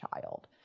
child